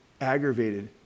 aggravated